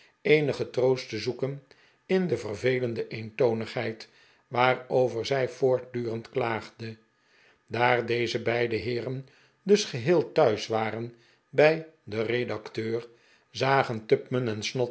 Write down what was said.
troost te zoeken in de vervelende eentonigheid waarover zij voortdurend klaagde daar deze beide heeren dus geheel thuis waren bij den redacteur zagen tupman en